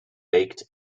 baked